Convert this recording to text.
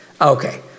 Okay